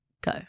Go